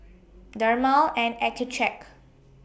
Dermale and Accucheck